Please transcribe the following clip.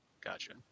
Gotcha